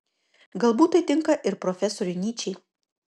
galbūt tai tinka ir profesoriui nyčei